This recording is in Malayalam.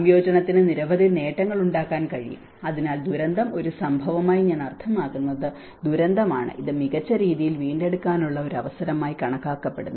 സംയോജനത്തിന് നിരവധി നേട്ടങ്ങൾ ഉണ്ടാക്കാൻ കഴിയും അതിനാൽ ദുരന്തം ഒരു സംഭവമായി ഞാൻ അർത്ഥമാക്കുന്നത് ദുരന്തമാണ് ഇത് മികച്ച രീതിയിൽ വീണ്ടെടുക്കാനുള്ള അവസരമായി കണക്കാക്കപ്പെടുന്നു